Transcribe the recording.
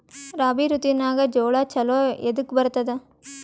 ರಾಬಿ ಋತುನಾಗ್ ಜೋಳ ಚಲೋ ಎದಕ ಬರತದ?